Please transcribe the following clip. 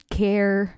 care